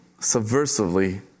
subversively